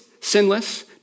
sinless